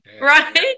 Right